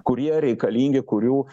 kurie reikalingi kurių